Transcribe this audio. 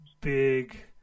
big